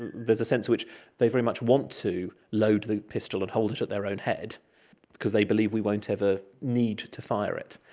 and there's a sense at which they very much want to load the pistol and hold it at their own head because they believe we won't ever need to fire it.